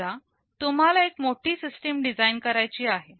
समजा तुम्हाला एक मोठी सिस्टीम डिझाईन करायची आहे